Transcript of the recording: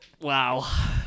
Wow